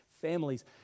families